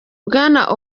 bwana